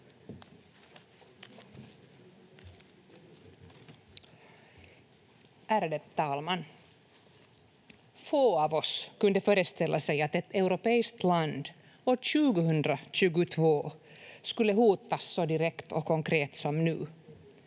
Ärade talman! Få av oss kunde föreställa sig att ett europeiskt land år 2022 skulle hotas så direkt och konkret som nu.